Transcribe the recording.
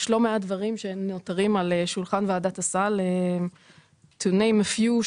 יש לא מעט דברים שהם נותרים על שולחן ועדת הסל טעוני אפיון,